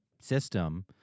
system